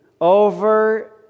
over